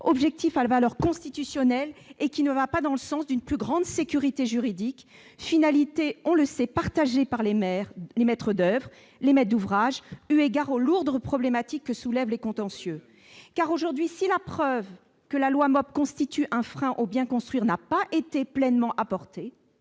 objectifs à valeur constitutionnelle, et elle ne va pas dans le sens d'une plus grande sécurité juridique, finalité partagée par les maîtres d'oeuvre et les maîtres d'ouvrage, eu égard aux lourdes problématiques que soulèvent les contentieux. La preuve que la loi MOP constitue un frein au bien construire n'a, me semble-t-il, pas été pleinement apportée.